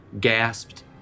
gasped